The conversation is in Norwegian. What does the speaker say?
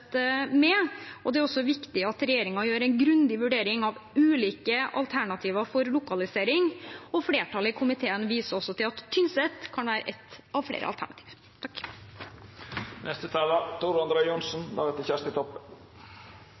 med. Det er også viktig at regjeringen gjør en grundig vurdering av ulike alternativer for lokalisering, og flertallet i komiteen viser også til at Tynset kan være et av flere